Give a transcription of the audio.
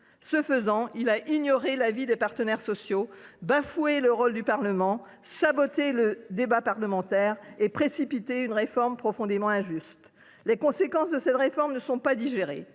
Ce faisant, il a ignoré l’avis des partenaires sociaux, bafoué le rôle du Parlement, saboté le débat parlementaire et précipité une réforme profondément injuste. Les conséquences de cette réforme ne sont pas digérées.